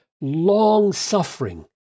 long-suffering